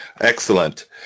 Excellent